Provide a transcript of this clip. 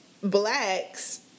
blacks